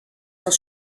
sont